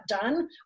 done